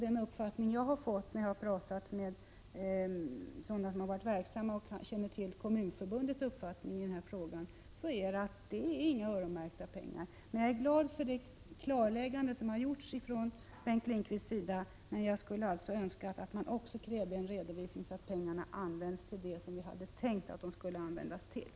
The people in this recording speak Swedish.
Den uppfattning jag har fått när jag har pratat med de på området verksamma som känner till Kommunförbundets uppfattning i den här frågan är att dessa pengar inte är öronmärkta. Jag är glad för det klarläggande som Bengt Lindqvist har gjort, men jag skulle ha önskat att man också hade krävt en redovisning, så att pengarna = Prot. 1987/88:44 verkligen används till det som vi hade tänkt att de skulle användas till.